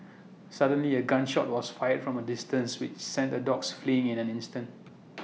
suddenly A gun shot was fired from A distance which sent the dogs fleeing in an instant